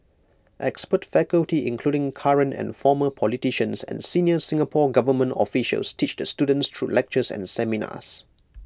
expert faculty including current and former politicians and senior Singapore Government officials teach the students through lectures and seminars